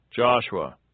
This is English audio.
Joshua